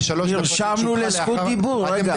נרשמנו לזכות דיבור, קרעי.